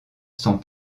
sont